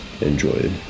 enjoy